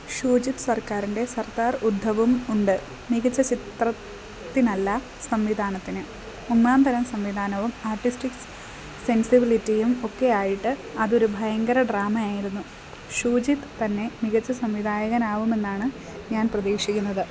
ഷൂജിത് സർക്കാറിൻ്റെ സർദാർ ഉദ്ധവുമുണ്ട് മികച്ച ചിത്രത്തിനല്ല സംവിധാനത്തിന് ഒന്നാംതരം സംവിധാനവും ആർട്ടിസ്റ്റിക് സെൻസിബിളിറ്റിയും ഒക്കെയായിട്ട് അതൊരു ഭയങ്കര ഡ്രാമയായിരുന്നു ഷൂജിത് തന്നെ മികച്ച സംവിധായകനാകുമെന്നാണ് ഞാൻ പ്രതീക്ഷിക്കുന്നത്